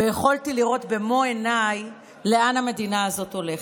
ויכולתי לראות במו עיניי לאן המדינה הזאת הולכת.